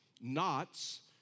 Knots